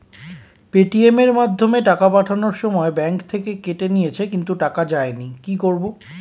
Paytm এর মাধ্যমে টাকা পাঠানোর সময় ব্যাংক থেকে কেটে নিয়েছে কিন্তু টাকা যায়নি কি করব?